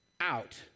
out